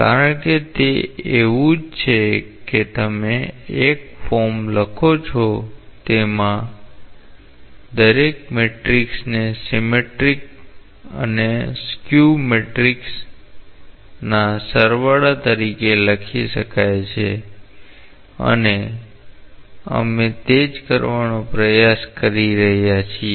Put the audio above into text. કારણ કે તે એવું જ છે કે તમે એક ફોર્મ લખો છો જેમા દરેક મેટ્રિક્સને સિમેટ્રિક અને સ્ક્યુ સિમેટ્રિક મેટ્રિક્સના સરવાળા તરીકે લખી શકાય છે અને અમે તે જ કરવાનો પ્રયાસ કરી રહ્યા છીએ